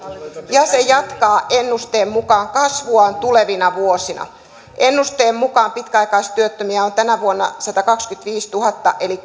ja se jatkaa ennusteen mukaan kasvuaan tulevina vuosina ennusteen mukaan pitkäaikaistyöttömiä on tänä vuonna satakaksikymmentäviisituhatta eli